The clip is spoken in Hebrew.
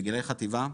בגילאי חטיבה,